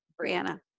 brianna